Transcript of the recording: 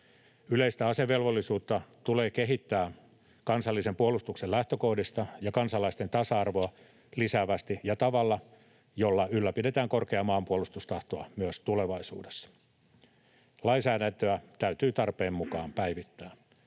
Yleistä asevelvollisuutta tulee kehittää kansallisen puolustuksen lähtökohdista, kansalaisten tasa-arvoa lisäävästi ja tavalla, jolla ylläpidetään korkeaa maanpuolustustahtoa myös tulevaisuudessa. Lainsäädäntöä täytyy tarpeen mukaan päivittää.